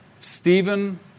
Stephen